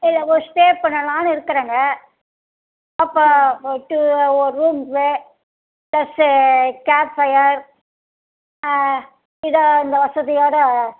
இல்லை ஒரு ஸ்டே பண்ணலாம்னு இருக்குறேங்க அப்போ ஒரு டூ ஒரு ரூம்பு பிளஸ்ஸூ கேப் ஃபயர் ஆ இதோ இந்த வசதியோட